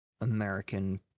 American